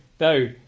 no